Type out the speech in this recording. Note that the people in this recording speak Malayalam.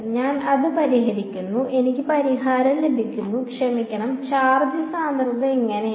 ഞാൻ അത് പരിഹരിക്കുന്നു എനിക്ക് പരിഹാരം ലഭിക്കുന്നു ക്ഷമിക്കണം ചാർജ് സാന്ദ്രത ഇങ്ങനെയാണ്